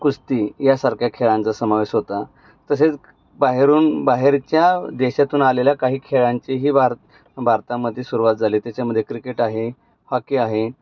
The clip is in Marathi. कुस्ती यासारख्या खेळांचा समावेश होता तसेच बाहेरून बाहेरच्या देशातून आलेल्या काही खेळांचीही भारत भारतामध्ये सुरुवात झाली त्याच्यामध्ये क्रिकेट आहे हॉकी आहे